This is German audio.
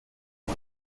sie